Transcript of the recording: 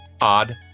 odd